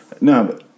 No